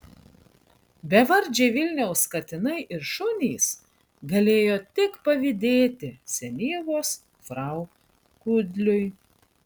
bevardžiai vilniaus katinai ir šunys galėjo tik pavydėti senyvos frau kudliui